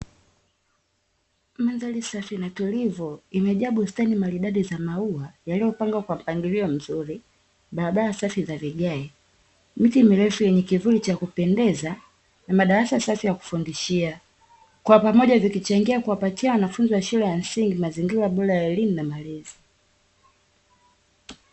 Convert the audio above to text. Mandhari safi na tulivu imejaaa bustani maridadi za maua yaliyopangwa kwa mpangilio mzuri, barabara safi za vigae, miti mirefu yenye kivuli cha kupendeza na madarasa safi ya kufundishia. Kwa pamoja vikichangia kuwapatia wanafunzi wa shule ya msingi mazingira bora ya elimu na malezi.